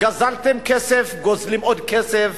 גזלתם כסף, גוזלים עוד כסף,